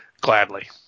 gladly